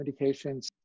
medications